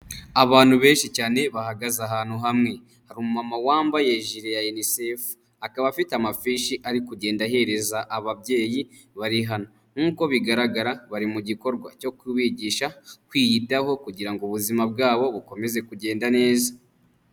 Abantu benshi cyane bahagaze ahantu hamwe. Hari umumama wambaye ijire ya Unicef, akaba afite amafishi ari kugenda ahereza ababyeyi bari hano. Nk'uko bigaragara bari mu gikorwa cyo kubigisha kwiyitaho kugira ngo ubuzima bwabo bukomeze kugenda neza.